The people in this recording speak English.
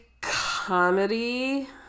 comedy